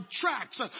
tracks